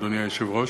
אדוני היושב-ראש?